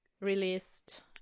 released